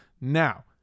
Now